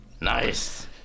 Nice